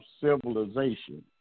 civilization